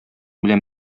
белән